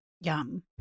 Yum